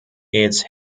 its